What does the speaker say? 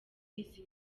izi